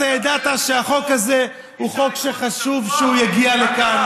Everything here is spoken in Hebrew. אתה ידעת שהחוק הזה הוא חוק שחשוב שהוא יגיע לכאן,